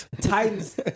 Titans